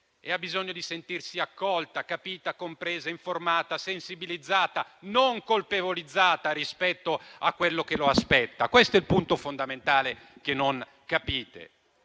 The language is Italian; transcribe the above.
ha bisogno di sentirsi accolta, compresa, informata e sensibilizzata, non colpevolizzata rispetto a quello che l'aspetta. Questo è il punto fondamentale, che non capite,